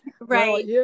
Right